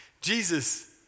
Jesus